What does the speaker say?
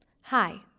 Hi